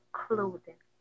clothing